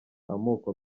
amoko